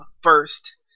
first